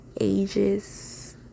ages